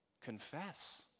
Confess